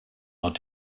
are